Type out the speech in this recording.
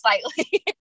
slightly